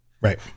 right